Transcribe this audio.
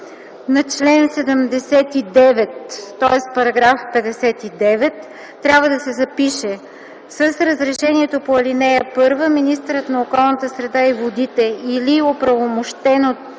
на чл. 79, тоест § 59, трябва да се запише „с разрешението по ал. 1 министърът на околната среда и водите, или оправомощено от